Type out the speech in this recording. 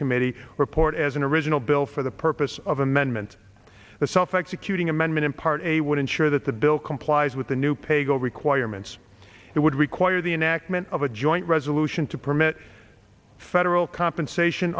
committee report as an original bill for the purpose of amendment the self executing amendment in part a would ensure that the bill complies with the new paygo requirements it would require the enactment of a joint resolution to permit federal compensation